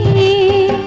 a